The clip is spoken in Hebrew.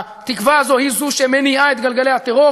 התקווה הזו היא שמניעה את גלגלי הטרור,